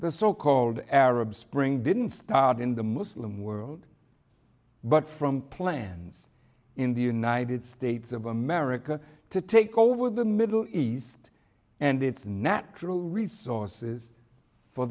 the so called arab spring didn't start in the muslim world but from plans in the united states of america to take over the middle east and it's natural resources for